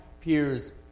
peers